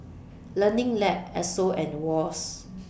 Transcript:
Learning Lab Esso and Wall's